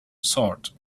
thought